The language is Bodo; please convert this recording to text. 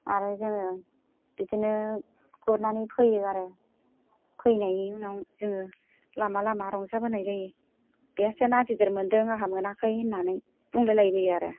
आरो जोङो बिदिनो गुरनानै फैयो आरो फैनायनि उनाव जोङो लामा लामा रंजाबोनाय जायो बेहासो ना गिदिर मोन्दों आंहा मोनाखै होननानै बुंलायलायबाय आरो